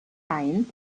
eins